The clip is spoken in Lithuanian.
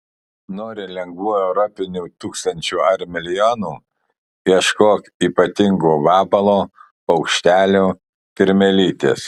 nori lengvų europinių tūkstančių ar milijonų ieškok ypatingo vabalo paukštelio kirmėlytės